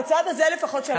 בצד הזה לפחות של הבית.